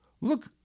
Look